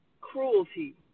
cruelty